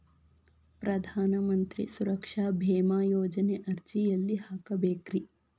ಪ್ರಧಾನ ಮಂತ್ರಿ ಸುರಕ್ಷಾ ಭೇಮಾ ಯೋಜನೆ ಅರ್ಜಿ ಎಲ್ಲಿ ಹಾಕಬೇಕ್ರಿ?